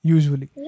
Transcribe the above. Usually